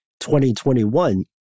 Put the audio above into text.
2021